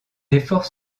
efforts